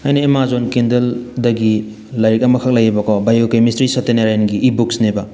ꯑꯩꯅ ꯑꯦꯃꯥꯖꯣꯟ ꯀꯤꯟꯗꯜꯗꯒꯤ ꯂꯥꯏꯔꯤꯛ ꯑꯃꯈꯛ ꯂꯩꯌꯦꯕꯀꯣ ꯕꯥꯌꯣꯀꯦꯃꯤꯁꯇ꯭ꯔꯤ ꯁꯇ꯭ꯌ ꯅꯌꯥꯔꯟꯒꯤ ꯏ ꯕꯨꯛꯁꯅꯦꯕ